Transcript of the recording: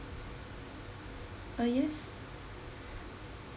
ah yes